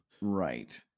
Right